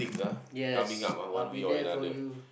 yes I'll be there for you